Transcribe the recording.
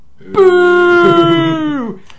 Boo